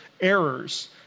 errors